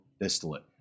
distillate